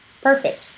perfect